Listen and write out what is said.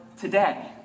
today